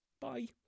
Bye